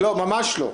לא, ממש לא.